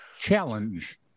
challenge